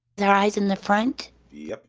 the rise in the front the